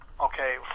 okay